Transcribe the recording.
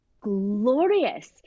glorious